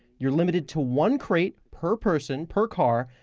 you are limited to one crate per person, per car,